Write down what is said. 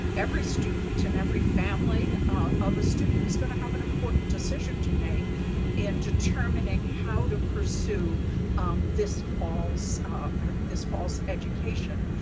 every student and every family of a student is going to have an important decision to make in determining how to pursue this fall's ah this fall's education.